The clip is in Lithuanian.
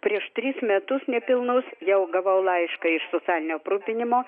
prieš tris metus nepilnus jau gavau laišką iš socialinio aprūpinimo